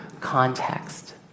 context